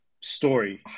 story